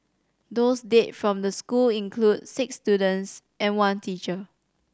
those dead from the school include six students and one teacher